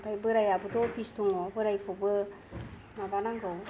ओमफाय बोरायाबोथ अफिस दङ बोरायखौबो माबानांगौ